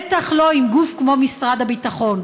בטח לא עם גוף כמו משרד הביטחון,